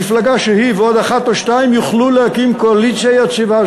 מפלגה שהיא ועוד אחת או שתיים יוכלו להקים קואליציה יציבה.